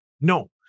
No